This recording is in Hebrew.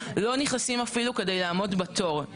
לא נכנסים אפילו כדי לעמוד בתור.